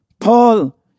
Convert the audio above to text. Paul